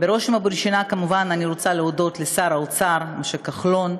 בראש ובראשונה אני כמובן רוצה להודות לשר האוצר משה כחלון,